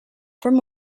from